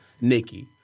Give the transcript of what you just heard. Nikki